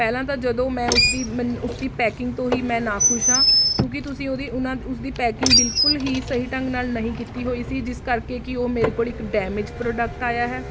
ਪਹਿਲਾਂ ਤਾਂ ਜਦੋਂ ਮੈਂ ਉਸਦੀ ਉਸਦੀ ਪੈਕਿੰਗ ਤੋਂ ਹੀ ਮੈਂ ਨਾ ਖੁਸ਼ ਹਾਂ ਕਿਉਂਕਿ ਤੁਸੀਂ ਉਹਦੀ ਉਨ੍ਹਾਂ ਉਸਦੀ ਪੈਕਿੰਗ ਬਿਲਕੁਲ ਹੀ ਸਹੀ ਢੰਗ ਨਾਲ ਨਹੀਂ ਕੀਤੀ ਹੋਈ ਸੀ ਜਿਸ ਕਰਕੇ ਕਿ ਉਹ ਮੇਰੇ ਕੋਲ ਇੱਕ ਡੈਮੇਜ ਪ੍ਰੋਡਕਟ ਆਇਆ ਹੈ